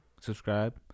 subscribe